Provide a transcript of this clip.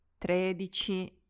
tredici